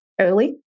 early